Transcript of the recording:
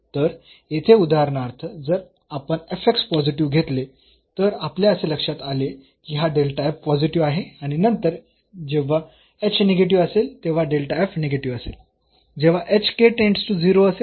तर येथे उदाहरणार्थ जर आपण पॉझिटिव्ह घेतले तेव्हा आपल्या असे लक्षात आले की हा पॉझिटिव्ह आहे आणि नंतर जेव्हा निगेटीव्ह असेल तेव्हा निगेटीव्ह असेल जेव्हा टेंड्स टू 0 असेल